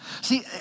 See